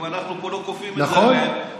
אם אנחנו פה לא כופים את זה עליהם, נכון.